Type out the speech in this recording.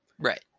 Right